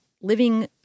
living